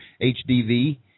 HDV